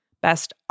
Best